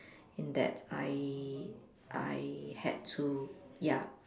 in that I I had to ya